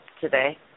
today